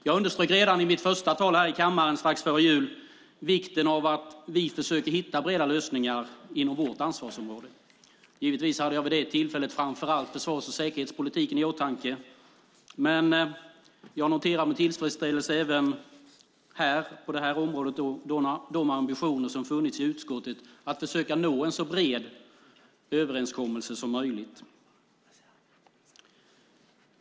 Jag underströk redan i mitt första tal här i kammaren strax före jul vikten av att vi försöker hitta breda lösningar inom vårt ansvarsområde. Givetvis hade jag vid det tillfället framför allt försvars och säkerhetspolitiken i åtanke. Men jag noterar med tillfredsställelse även på det här området de ambitioner som har funnits i utskottet om att försöka nå en så bred överenskommelse som möjligt.